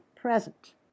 present